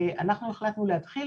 אנחנו החלטנו להתחיל